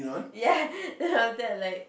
ya then after that like